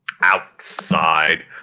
Outside